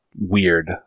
weird